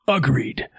agreed